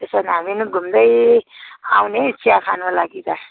त्यसो भने हामी नि घुम्दै आउने चिया खानु लागि त